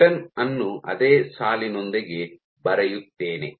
return ಅನ್ನು ಅದೇ ಸಾಲಿನೊಂದಿಗೆ ಬರೆಯುತ್ತೇನೆ